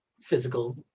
physical